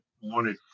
wanted